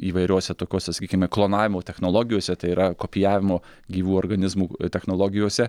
įvairiose tokiose sakykime klonavimo technologijose tai yra kopijavimo gyvų organizmų technologijose